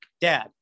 Dad